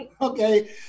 Okay